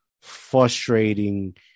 frustrating